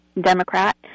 democrat